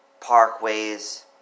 parkways